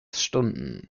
stunden